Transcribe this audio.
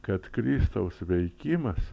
kad kristaus veikimas